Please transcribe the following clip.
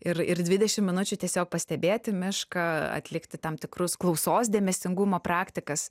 ir ir dvidešim minučių tiesiog pastebėti mišką atlikti tam tikrus klausos dėmesingumo praktikas